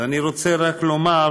ואני רוצה רק לומר